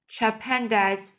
chapandas